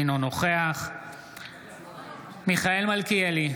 אינו נוכח מיכאל מלכיאלי,